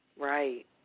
Right